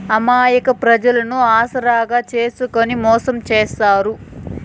అమాయక ప్రజలను ఆసరాగా చేసుకుని మోసం చేత్తారు